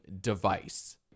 device